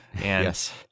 Yes